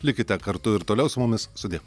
likite kartu ir toliau su mumis sudie